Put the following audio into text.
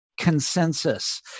consensus